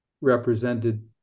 represented